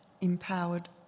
empowered